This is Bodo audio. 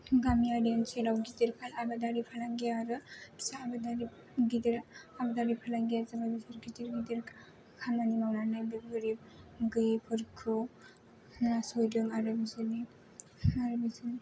गामियारि ओनसोलाव गिदिर आबादारि फालांगि आरो फिसा आबादारि गिदिर आबादारि फालांगिया जाबाय बिसोर गिदिर गिदिर खामानि मावनानै बे गोरिब गोयैफोरखौ नासयदों आरो बिसोरनि आरो बिसोर